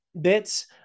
bits